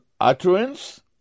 utterance